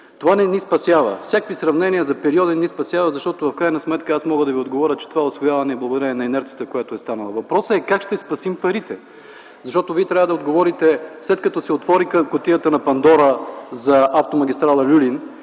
Това не ни спасява. Всякакви сравнения за периоди не ни спасяват, защото в крайна сметка мога да отговаря, че това усвояване е благодарение на инерцията, която има. Въпросът е как ще спасим парите. Защото Вие трябва да отговорите, след като се отвори „Кутията на Пандора” за Автомагистрала „Люлин”